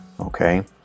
Okay